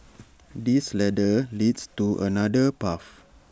this ladder leads to another path